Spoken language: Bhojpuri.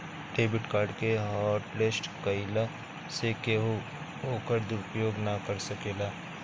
डेबिट कार्ड के हॉटलिस्ट कईला से केहू ओकर दुरूपयोग ना कर सकेला